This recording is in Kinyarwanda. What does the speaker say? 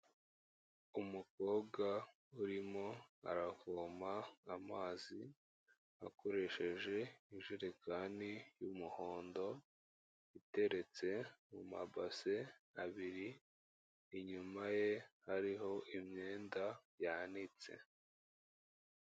Umukobwa urimo aravoma amazi, akoresheje ijerekani y'umuhondo, iteretse mu mabase abiri, inyuma ye hariho imyenda yanitse.